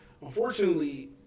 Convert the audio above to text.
unfortunately